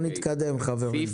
בואו נתקדם, חברים.